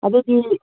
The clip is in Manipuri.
ꯑꯗꯨꯗꯤ